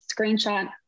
screenshot